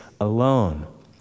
alone